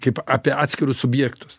kaip apie atskirus subjektus